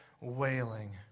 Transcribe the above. wailing